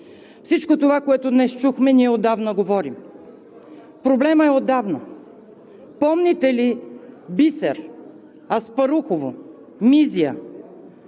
Всичко това, което днес чухме, ние отдавна говорим. Проблемът е отдавна. Помните ли Бисер, Аспарухово, Мизия?